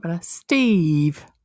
steve